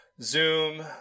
Zoom